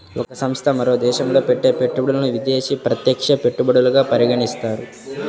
ఒక సంస్థ మరో దేశంలో పెట్టే పెట్టుబడులను విదేశీ ప్రత్యక్ష పెట్టుబడులుగా పరిగణిస్తారు